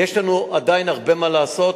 יש לנו עדיין הרבה מה לעשות,